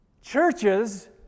churches